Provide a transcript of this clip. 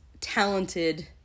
talented